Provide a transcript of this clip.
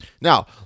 Now